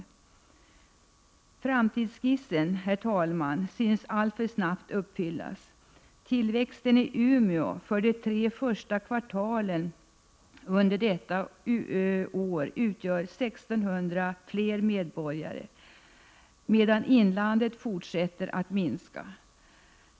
Herr talman! Framtidsskissen synes alltför snabbt bli verklighet. Befolkningstillväxten i Umeå för de tre första kvartalen detta år är 1 600 medborgare, medan inlandsbefolkningen fortsätter att minska.